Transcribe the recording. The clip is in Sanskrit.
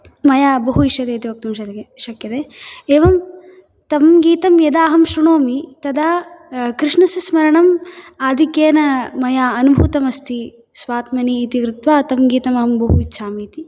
मया बहु इष्यते इति वक्तुं शक्ये शक्यते एवं तं गीतं यदा अहं श्रुणोमि तदा कृष्णस्य स्मरणम् आधिक्येन मया अनुभूतमस्ति स्वात्मनि इति कृत्वा तं गीतम् अहं बहु इच्छामि इति